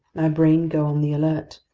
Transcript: brain go on the alert.